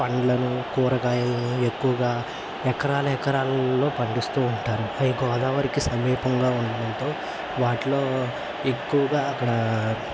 పండ్లను కూరగాయలను ఎక్కువగా ఎకరాల ఎకరాలలో పండిస్తూ ఉంటారు అవి గోదావరికి సమీపంగా ఉండటంతో వాటిలో ఎక్కువగా అక్కడ